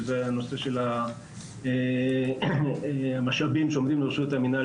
וזה הנושא של המשאבים עומדים לרשות המינהל